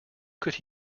could